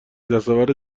دستاورد